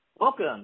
Welcome